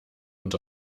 und